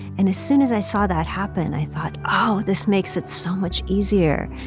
and as soon as i saw that happen, i thought, oh, this makes it so much easier.